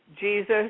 Jesus